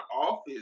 office